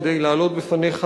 כדי להעלות בפניך